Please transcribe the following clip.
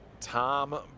Tom